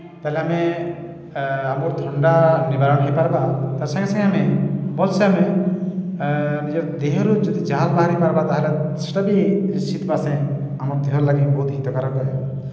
ତା'ହେଲେ ଆମେ ଆମର୍ ଥଣ୍ଡା ନିବାରଣ ହେଇପାର୍ବା ତା ସାଙ୍ଗେ ସାଙ୍ଗେ ଆମେ ଭଲ୍ସେ ଆମେ ନିଜର୍ ଦେହରୁ ଯଦି ଝାଲ୍ ବାହାରି ପାର୍ବା ତା'ହେଲେ ସେଟା ବି ଶୀତ୍ମାସେ ଆମର୍ ଦେହର୍ ଲାଗି ବହୁତ୍ ହିତକାରକ ଏ